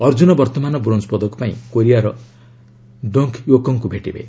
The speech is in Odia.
ଅର୍ଜ୍ଜୁନ ବର୍ତ୍ତମାନ ବ୍ରୋଞ୍ଜ ପଦକ ପାଇଁ କୋରିଆର ଡୋଫୟୋକୋ ଙ୍କୁ ଭେଟିବେ